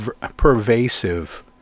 pervasive